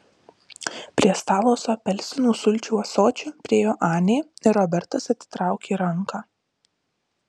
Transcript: prie stalo su apelsinų sulčių ąsočiu priėjo anė ir robertas atitraukė ranką